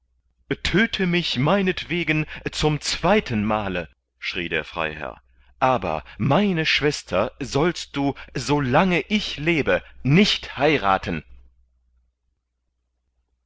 tödte mich meinetwegen zum zweiten male schrie der freiherr aber meine schwester sollst du so lange ich lebe nicht heirathen